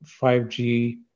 5G